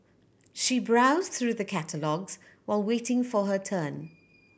she browsed through the catalogues while waiting for her turn